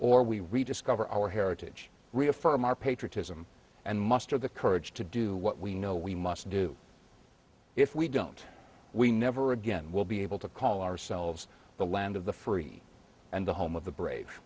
or we rediscover our heritage reaffirm our patriotism and muster the courage to do what we know we must do if we don't we never again will be able to call ourselves the land of the free and the home of the brave